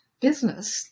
business